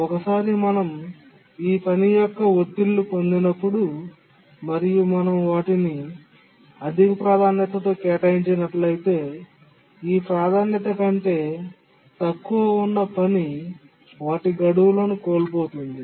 ఒకసారి మనం ఈ పని యొక్క ఒత్త్తిళ్ళు పొందినప్పుడు మరియు మనం వాటిని అధిక ప్రాధాన్యతతో కేటాయించినట్లయితే ఈ ప్రాధాన్యత కంటే తక్కువగా ఉన్న పని వాటి గడువులను కోల్పోతుంది